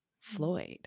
Floyd